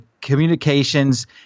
communications